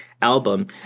album